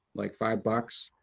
like, five bucks.